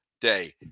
day